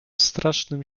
strasznym